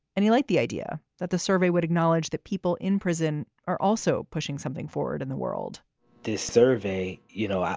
and he liked the idea that the survey would acknowledge that people in prison are also pushing something forward in the world this survey, you know,